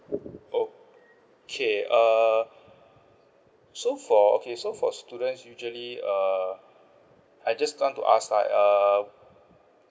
okay err so for okay so for students usually err I just want to ask like err